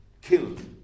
killed